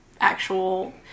actual